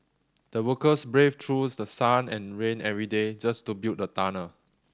the workers braved through the sun and rain every day just to build a tunnel